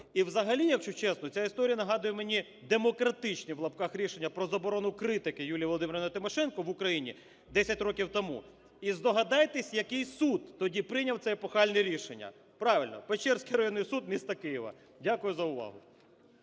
І взагалі, якщо чесно, ця історія нагадує мені "демократичні" (в лапках) рішення про заборону критики Юлії Володимирівни Тимошенко в Україні 10 років тому. І здогадайтесь, який суд тоді прийняв це епохальне рішення? Правильно, Печерський районний суд міста Києва. Дякую за увагу.